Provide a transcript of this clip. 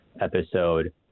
episode